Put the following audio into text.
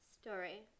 story